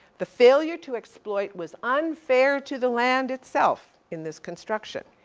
the failure to exploit was unfair to the land itself, in this construction,